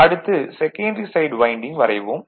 அடுத்து secondary side winding வரைவோம்